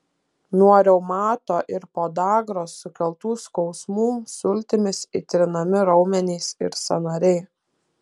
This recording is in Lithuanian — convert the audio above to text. nuo reumato ir podagros sukeltų skausmų sultimis įtrinami raumenys ir sąnariai